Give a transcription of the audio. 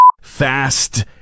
Fast